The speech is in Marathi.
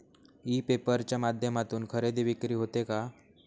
ई पेपर च्या माध्यमातून खरेदी विक्री होते का?